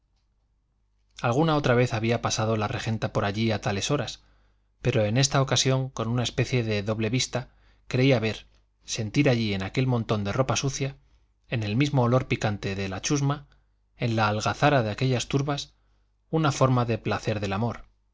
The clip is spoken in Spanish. alguna otra vez había pasado la regenta por allí a tales horas pero en esta ocasión con una especie de doble vista creía ver sentir allí en aquel montón de ropa sucia en el mismo olor picante de la chusma en la algazara de aquellas turbas una forma de placer del amor